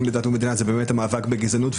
לדת ומדינה זה באמת המאבק בגזענות.